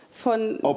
Von